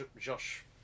Josh